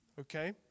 Okay